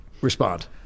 respond